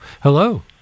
Hello